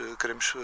queremos